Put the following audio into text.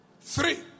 Three